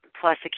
plus